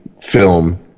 film